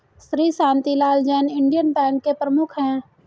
Shri Shantilal Jain Indian bank के प्रमुख है